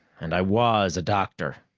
and i was a doctor,